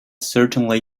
certainly